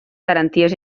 garanties